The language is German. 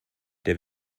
der